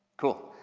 cool. ah,